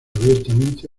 abiertamente